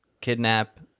kidnap